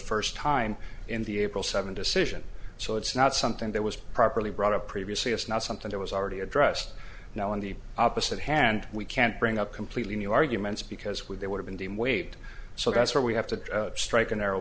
first time in the april seven decision so it's not something that was properly brought up previously it's not something that was already addressed now in the opposite hand we can't bring up completely new arguments because we would have been waived so that's where we have to strike a narrow